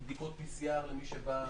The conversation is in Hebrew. היא בדיקות PCR לתיירים.